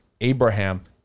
Abraham